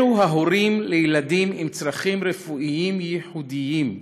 אלו ההורים לילדים עם צרכים רפואיים ייחודיים,